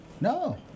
No